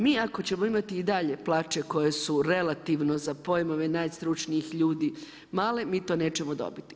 Mi ako ćemo imati i dalje plaće koje su relativno za pojmove najstručnijih ljudi male, mi to nećemo dobiti.